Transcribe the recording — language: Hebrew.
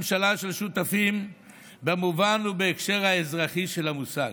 ממשלה של שותפים במובן ובהקשר האזרחי של המושג.